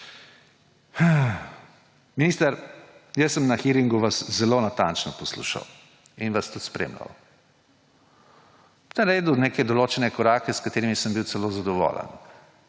Minister, na hearingu sem vas zelo natančno poslušal in vas tudi spremljal. Naredili ste neke določene korake, s katerim sem bil celo zadovoljen.